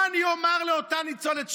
מה אני אומר לאותה ניצולת שואה,